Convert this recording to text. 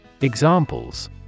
Examples